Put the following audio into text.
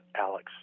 Alex